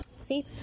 See